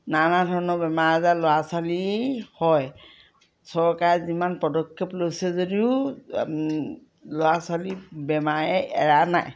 নানা ধৰণৰ বেমাৰ আজাৰ ল'ৰা ছোৱালী হয় চৰকাৰে যিমান পদক্ষেপ লৈছে যদিও ল'ৰা ছোৱালী বেমাৰে এৰা নাই